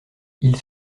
ils